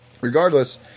regardless